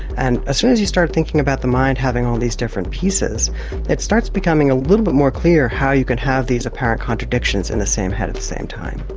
and as soon as you start thinking about the mind having all these different pieces it starts becoming a little bit more clear how you can have these apparent contradictions in the same head at the same time.